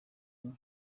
imwe